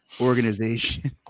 organization